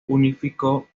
unificado